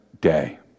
day